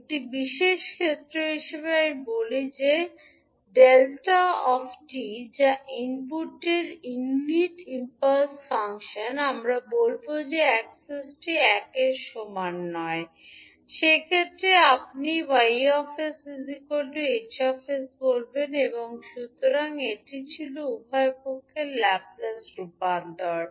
একটি বিশেষ ক্ষেত্রে হিসাবে যদি আমরা বলি যে 𝛿 𝑡 যা ইনপুটটি ইউনিট ইমপালস ফাংশন আমরা বলব যে অ্যাক্সেসটি একের সমান নয় সেক্ষেত্রে আপনি 𝑌 𝑠 𝐻 𝑠 বলবেন এবং সুতরাং এটি ছিল উভয় পক্ষের ল্যাপ্লেস রূপান্তর